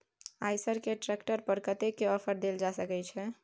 आयसर के ट्रैक्टर पर कतेक के ऑफर देल जा सकेत छै?